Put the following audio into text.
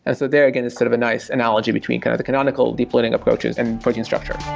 and so there, again, is sort of a nice analogy between kind of the canonical deep learning approaches and protein structure.